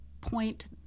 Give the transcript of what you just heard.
point